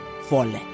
fallen